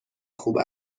خوب